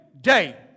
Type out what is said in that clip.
day